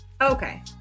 Okay